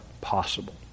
possible